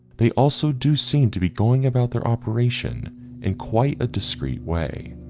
they also do seem to be going about their operation in quite a discreet way,